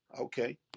okay